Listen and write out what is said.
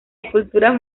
esculturas